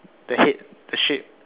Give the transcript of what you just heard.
the head the shape